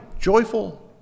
joyful